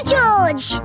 George